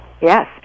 Yes